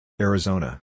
Arizona